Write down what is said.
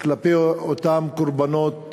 כלפי אותם קורבנות